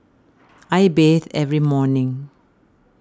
I bathe every morning